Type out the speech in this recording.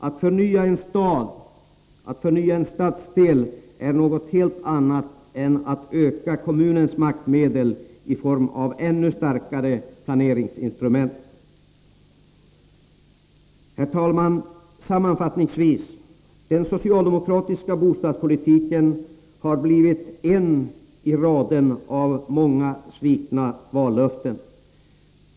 Att förnya en stad eller en stadsdel är något helt annat än att öka kommunens maktmedel i form av ännu starkare planeringsinstrument. Sammanfattningsvis, herr talman: Den socialdemokratiska bostadspolitiken har blivit ett i raden av många svikna vallöften.